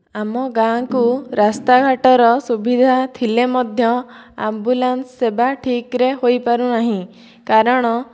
ଆମ ଗାଁକୁ ରାସ୍ତାଘାଟର ସୁବିଧା ଥିଲେ ମଧ୍ୟ ଆମ୍ବୁଲାନ୍ସ ସେବା ଠିକ୍ରେ ହୋଇ ପାରୁନାହିଁ କାରଣ